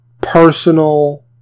personal